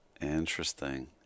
Interesting